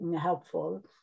helpful